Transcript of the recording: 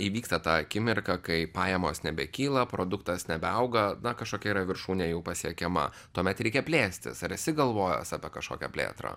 įvyksta tą akimirką kai pajamos nebekyla produktas nebeauga na kažkokia yra viršūnė jau pasiekiama tuomet reikia plėstis ar esi galvojęs apie kažkokią plėtrą